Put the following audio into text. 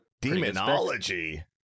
Demonology